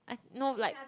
I no like